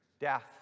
death